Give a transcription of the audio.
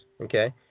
Okay